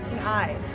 eyes